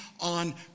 on